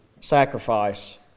sacrifice